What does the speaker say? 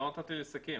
לא נתת לי לסכם.